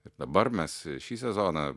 ir dabar mes šį sezoną